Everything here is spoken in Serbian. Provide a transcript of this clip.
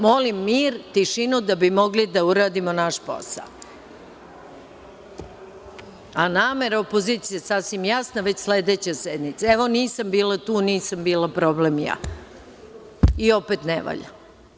Molim mir i tišinu da bi mogli da uradimo naš posao, a namera opozicije je sasvim jasna već sledeće sednice, evo nisam bila tu, nisam bila problem ja i opet ne valja.